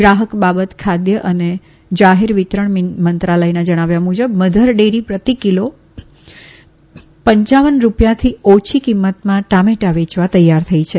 ગ્રાહક બાબત ખાદ્ય અને જાહેર વિતરણ મંત્રાલયના જણાવ્યા મુજબ મધર ડેરી પ્રતિકીલો પંચાવન રૂપિયાથી ઓછી કિંમતમાં ટમેટા વેંચવા તૈયાર થઇ છે